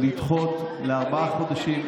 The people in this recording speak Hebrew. לדחות בארבעה חודשים.